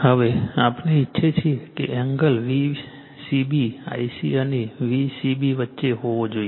હવે આપણે ઈચ્છીએ છીએ કે એંગલ Vcb Ic અને Vcb વચ્ચે હોવો જોઈએ